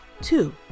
Two